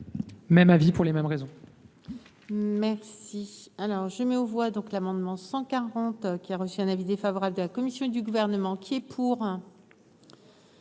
Même avis, pour les mêmes raisons.